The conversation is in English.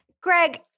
Greg